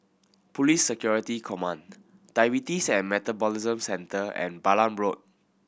Police Security Command Diabetes and Metabolism Centre and Balam Road